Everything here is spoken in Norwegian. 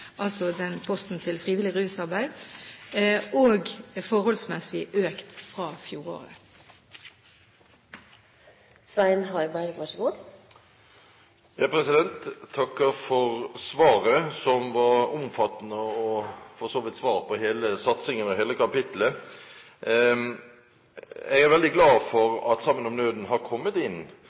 posten for frivillig rusarbeid, er forholdsmessig økt fra fjoråret. Jeg takker for svaret, som var omfattende og for så vidt svar på hele satsingen og hele kapitlet. Jeg er veldig glad for at «Sammen om nøden» har kommet inn